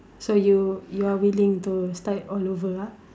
so you you're willing to start all over ah